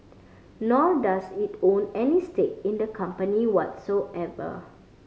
nor does it own any stake in the company whatsoever